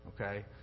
Okay